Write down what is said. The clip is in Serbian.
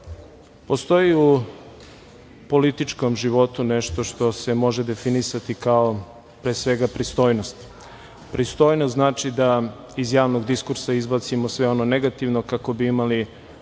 postoji u političkom životu nešto što se može definisati kao pristojnost. Pristojnost znači da iz javnog diskursa izbacimo sve ono negativno kako bi imali